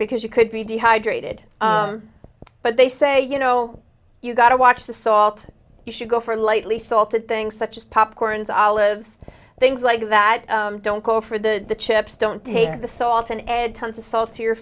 because you could be dehydrated but they say you know you got to watch the salt you should go for lightly salted things such as popcorns olives things like that don't go for the chips don't take the so often add tons of sa